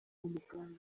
muganga